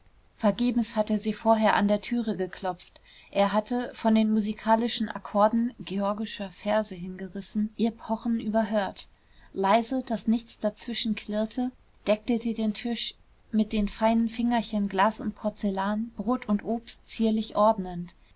vergebens hatte sie vorher an der türe geklopft er hatte von den musikalischen akkorden georgescher verse hingerissen ihr pochen überhört leise daß nichts dazwischen klirrte deckte sie den tisch mit den feinen fingerchen glas und porzellan brot und obst zierlich ordnend